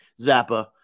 Zappa